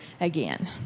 again